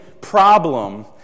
problem